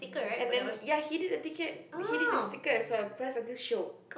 and then ya he did the ticket he did the sticker as well press until shiok